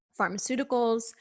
pharmaceuticals